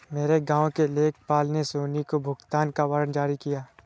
मेरे गांव के लेखपाल ने सोनी को भुगतान का वारंट जारी किया